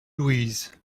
louise